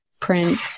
print